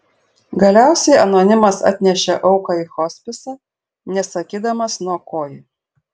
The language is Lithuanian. galiausiai anonimas atnešė auką į hospisą nesakydamas nuo ko ji